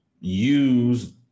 use